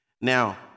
Now